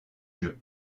jeu